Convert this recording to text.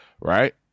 right